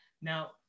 Now